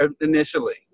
initially